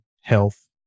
health